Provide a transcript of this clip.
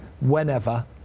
whenever